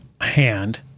hand